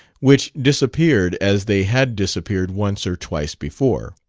which disappeared as they had disappeared once or twice before.